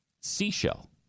seashell